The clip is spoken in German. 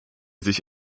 sich